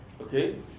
Okay